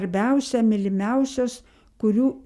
svarbiausia mylimiausios kurių